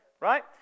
Right